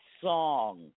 song